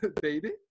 baby